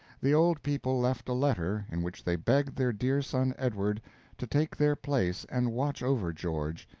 the old people left a letter, in which they begged their dear son edward to take their place and watch over george,